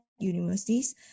universities